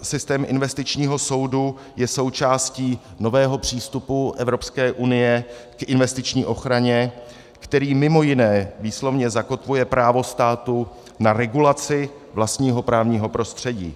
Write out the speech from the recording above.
Systém investičního soudu je součástí nového přístupu Evropské unie k investiční ochraně, který mimo jiné výslovně zakotvuje právo státu na regulaci vlastního právního prostředí.